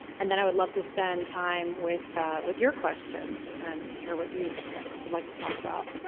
and, then i would love to spend time with with your questions and hear what you would like to talk about.